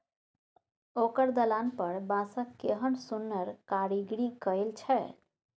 ओकर दलान पर बांसक केहन सुन्नर कारीगरी कएल छै